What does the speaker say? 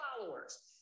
followers